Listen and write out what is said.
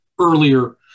earlier